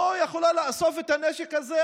לא יכולה לאסוף את הנשק הזה?